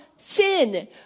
sin